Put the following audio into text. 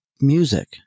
music